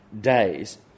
days